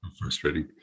frustrating